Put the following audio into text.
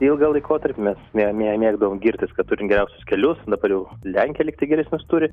ilgą laikotarpį mes mė mė mėgdavo girtis kad turim geriausius kelius dabar jau lenkija lygtai geresnius turi